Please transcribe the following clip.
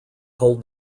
told